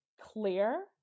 clear